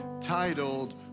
titled